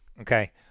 Okay